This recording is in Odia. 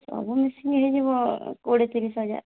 ସବୁ ମିଶିକି ହେଇଯିବ କୋଡ଼ିଏ ତିରିଶ୍ ହଜାର୍